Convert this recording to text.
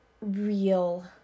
real